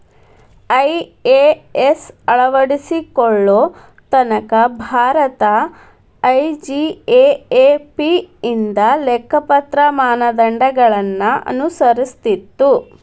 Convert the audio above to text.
IAS ಅಳವಡಿಸಿಕೊಳ್ಳೊ ತನಕಾ ಭಾರತ ಐ.ಜಿ.ಎ.ಎ.ಪಿ ಇಂದ ಲೆಕ್ಕಪತ್ರ ಮಾನದಂಡಗಳನ್ನ ಅನುಸರಿಸ್ತಿತ್ತು